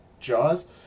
Jaws